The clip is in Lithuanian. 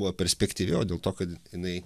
kuo perspektyvi o dėl to kad jinai